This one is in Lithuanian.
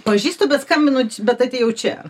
pažįstu bet skambinu bet atėjau čia